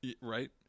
right